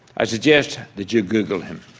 i suggest that you google him.